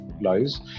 lies